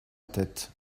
tête